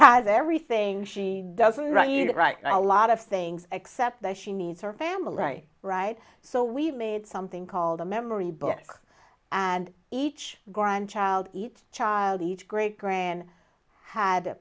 has everything she doesn't write you could write a lot of things except that she needs her family right so we've made something called a memory book and each grandchild each child each great grand had